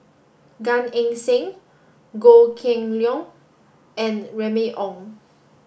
Gan Eng Seng Goh Kheng Long and Remy Ong